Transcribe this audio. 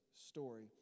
story